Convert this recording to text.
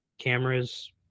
cameras